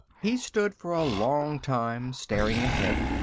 he stood for a long time, staring ahead.